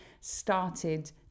started